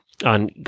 On